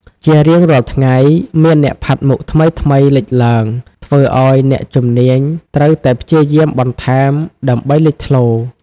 ជារៀងរាល់ថ្ងៃមានអ្នកផាត់មុខថ្មីៗលេចឡើង ធ្វើឱ្យអ្នកជំនាញត្រូវតែព្យាយាមបន្ថែមដើម្បីលេចធ្លោ។